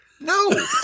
no